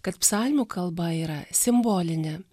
kad psalmių kalba yra simbolinė